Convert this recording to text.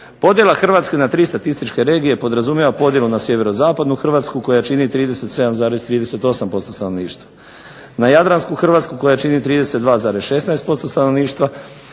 Podjela Hrvatske na tri statističke regije podrazumijeva podjelu na sjeverozapadnu Hrvatsku koja čini 37,38% stanovništva, na jadransku Hrvatsku koja čini 32,16% stanovništva